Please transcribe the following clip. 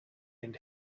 and